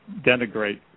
denigrate